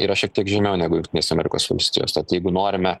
yra šiek tiek žemiau negu jungtinėse amerikos valstijos tad jeigu norime